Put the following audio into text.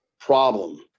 problem